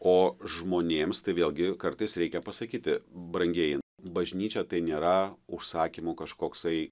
o žmonėms tai vėlgi kartais reikia pasakyti brangieji bažnyčia tai nėra užsakymų kažkoksai